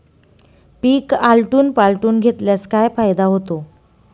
पीक आलटून पालटून घेतल्यास काय फायदा होतो?